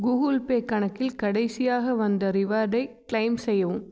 Google Pay கணக்கில் கடைசியாக வந்த ரிவார்டை க்ளைம் செய்யவும்